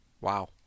Wow